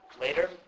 later